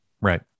Right